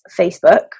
Facebook